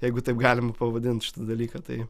jeigu taip galima pavadint šitą dalyką tai